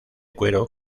cuero